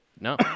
no